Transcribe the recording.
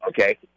Okay